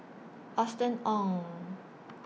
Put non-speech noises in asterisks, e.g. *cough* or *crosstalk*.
Austen Ong *noise*